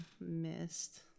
missed